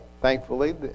thankfully